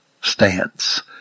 stance